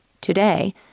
Today